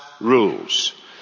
rules